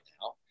now